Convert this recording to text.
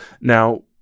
now